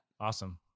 awesome